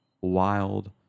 wild